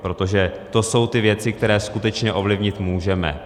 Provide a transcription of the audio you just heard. Protože to jsou ty věci, které skutečně ovlivnit můžeme.